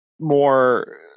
more